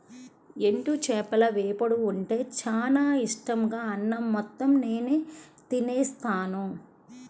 ఎండు చేపల వేపుడు ఉంటే చానా ఇట్టంగా అన్నం మొత్తం నేనే తినేత్తాను